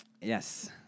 Yes